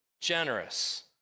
generous